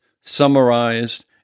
summarized